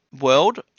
world